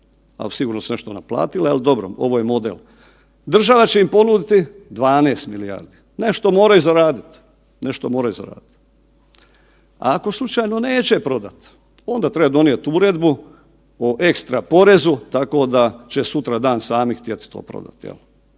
sigurno su nešto naplatile, ali dobro ovo je model, država će im ponuditi 12 milijardi, nešto moraju zaradit. Ako slučajno neće prodati onda treba donijeti uredbu o ekstra porezu tako da će sutradan sami to htjet to prodat